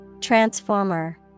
Transformer